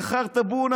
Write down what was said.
זה חרטבונה,